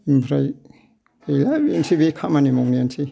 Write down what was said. ओमफ्राय गैया बेनोसै बे खामानि मावनायानोसै